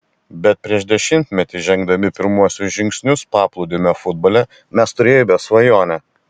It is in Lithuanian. bet prieš dešimtmetį žengdami pirmuosius žingsnius paplūdimio futbole mes turėjome svajonę